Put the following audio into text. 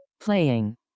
Playing